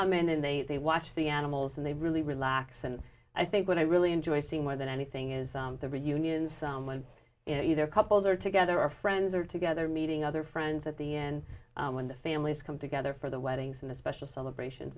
hummin and they watch the animals and they really relax and i think what i really enjoy seeing more than anything is the reunions someone in either couples are together or friends are together meeting other friends at the end when the families come together for the weddings and the special celebrations